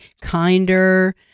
kinder